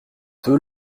deux